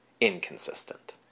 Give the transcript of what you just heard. inconsistent